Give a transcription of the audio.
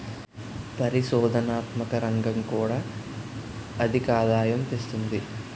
పరిశోధనాత్మక రంగం కూడా అధికాదాయం తెస్తుంది